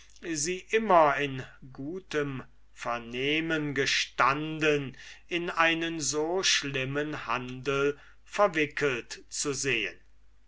sie immer in gutem vernehmen gestanden in einen so schlimmen handel verwickelt zu sehen